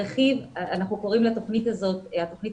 אנחנו קוראים לתוכנית הזאת התוכנית